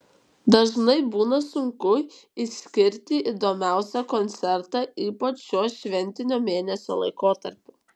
dažnai būna sunku išskirti įdomiausią koncertą ypač šiuo šventinio mėnesio laikotarpiu